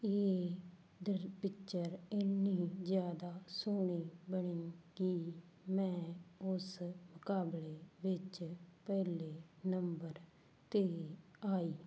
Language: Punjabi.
ਇਹ ਦ ਪਿਚਰ ਇੰਨੀ ਜ਼ਿਆਦਾ ਸੋਹਣੀ ਬਣੀ ਕਿ ਮੈਂ ਉਸ ਮੁਕਾਬਲੇ ਵਿੱਚ ਪਹਿਲੇ ਨੰਬਰ 'ਤੇ ਆਈ